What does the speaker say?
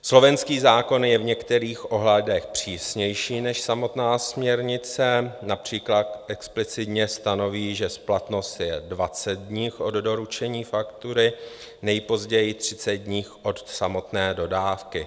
Slovenský zákon je v některých ohledech přísnější než samotná směrnice, například explicitně stanoví, že splatnost je 20 dní od doručení faktury, nejpozději 30 dní od samotné dodávky.